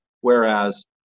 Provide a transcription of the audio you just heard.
whereas